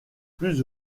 plus